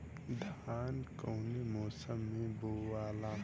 धान कौने मौसम मे बोआला?